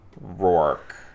Rourke